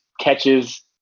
catches